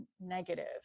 negative